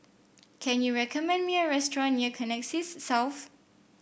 can you recommend me a restaurant near Connexis South